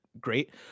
great